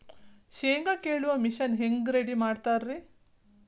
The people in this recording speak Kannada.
ಶೇಂಗಾ ಕೇಳುವ ಮಿಷನ್ ಹೆಂಗ್ ರೆಡಿ ಮಾಡತಾರ ರಿ?